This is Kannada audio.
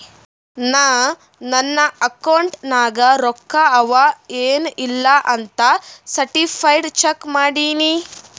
ನಾ ನನ್ ಅಕೌಂಟ್ ನಾಗ್ ರೊಕ್ಕಾ ಅವಾ ಎನ್ ಇಲ್ಲ ಅಂತ ಸರ್ಟಿಫೈಡ್ ಚೆಕ್ ಮಾಡಿನಿ